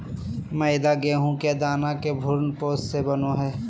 मैदा गेहूं के दाना के भ्रूणपोष से बनो हइ